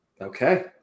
Okay